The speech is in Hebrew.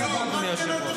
היום חוזרים.